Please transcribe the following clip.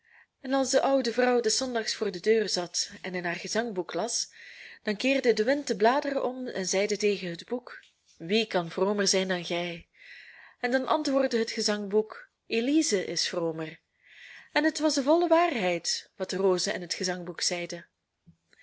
en als de oude vrouw des zondags voor de deur zat en in haar gezangboek las dan keerde de wind de bladeren om en zeide tegen het boek wie kan vromer zijn dan gij en dan antwoordde het gezangboek elize is vromer en het was de volle waarheid wat de rozen en het gezangboek zeiden